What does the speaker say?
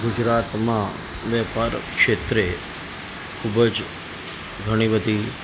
ગુજરાતમાં વેપાર ક્ષેત્રે ખૂબ જ ઘણીબધી